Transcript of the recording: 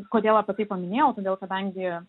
kodėl apie tai paminėjau todėl kadangi